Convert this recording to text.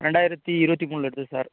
ரெண்டாயிரத்தி இருபத்தி மூணில் எடுத்தது சார்